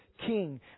king